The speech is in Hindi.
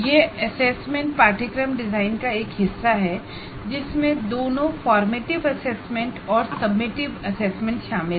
यह एसेसमेंट कोर्स डिजाइन का एक हिस्सा हैजिसमें दोनों फॉर्मेटिव एसेसमेंट और सम्मेटिव एसेसमेंट शामिल है